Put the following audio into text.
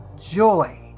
joy